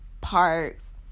Parks